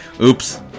oops